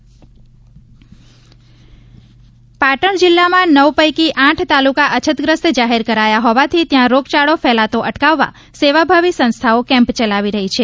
Patan medical camp Patan જિલ્લામાં નવ પૈકી આઠ તાલુકા અછતગ્રસ્ત જાહેર કરાયા હોવાથી ત્યાં રોગચાળો ફેલાતો અટકાવવા સેવાભાવી સંસ્થાઓ કેમ્પ ચલાવી રહી છે